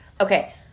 Okay